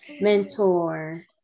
mentor